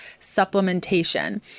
supplementation